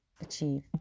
achieve